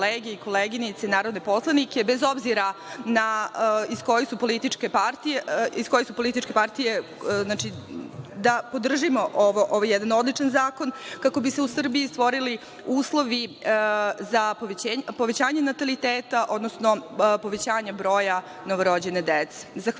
i koleginice narodne poslanike, bez obzira iz koje su političke partije, da podržimo ovaj jedan odličan zakon, kako bi se u Srbiji stvorili uslovi za povećanje nataliteta, odnosno povećanje broja novorođene dece.